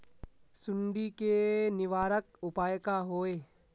सुंडी के निवारक उपाय का होए?